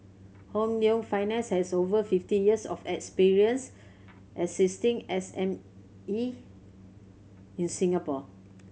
Hong Leong Finance has over fifty years of experience assisting S M E in Singapore